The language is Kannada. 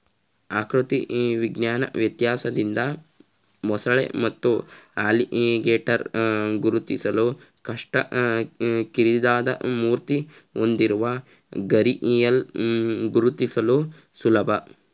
ಆಕೃತಿ ವಿಜ್ಞಾನ ವ್ಯತ್ಯಾಸದಿಂದ ಮೊಸಳೆ ಮತ್ತು ಅಲಿಗೇಟರ್ ಗುರುತಿಸಲು ಕಷ್ಟ ಕಿರಿದಾದ ಮೂತಿ ಹೊಂದಿರುವ ಘರಿಯಾಲ್ ಗುರುತಿಸಲು ಸುಲಭ